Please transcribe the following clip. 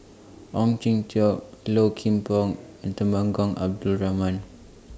Ong Jin Teong Low Kim Pong and Temenggong Abdul Rahman